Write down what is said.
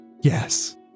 Yes